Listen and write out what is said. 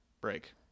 break